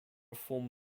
form